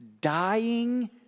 Dying